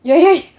ya ya